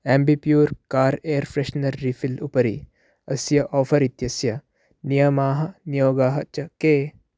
Ambi Pur car air freshener refill उपरि अस्य offer इत्यस्य नियमाः नियोगाः च के